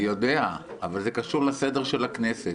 אני יודע, אבל זה קשור לסדר של הכנסת.